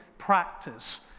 practice